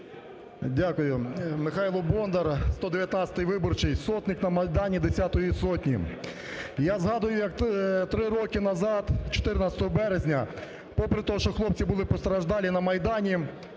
Дякую. Михайло Бондар, 119-ий виборчий, сотник на Майдані Десятої сотні. Я згадую, як три роки назад, 14 березня, попри те, що хлопці були постраждалі на Майдані,